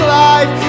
life